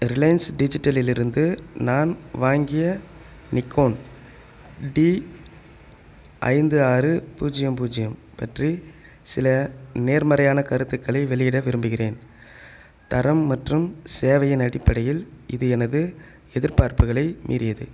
Reliance டிஜிட்டலிலிருந்து நான் வாங்கிய நிக்கோன் டி ஐந்து ஆறு பூஜ்யம் பூஜ்யம் பற்றி சில நேர்மறையான கருத்துக்களை வெளியிட விரும்புகிறேன் தரம் மற்றும் சேவையின் அடிப்படையில் இது எனது எதிர்பார்ப்புகளை மீறியது